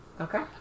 Okay